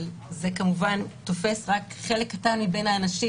אבל זה כמובן תופס רק חלק קטן מבין האנשים